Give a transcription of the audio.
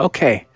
Okay